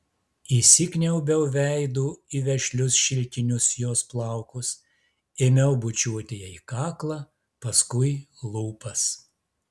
įsikniaubiau veidu į vešlius šilkinius jos plaukus ėmiau bučiuoti jai kaklą paskui lūpas